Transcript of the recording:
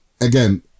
again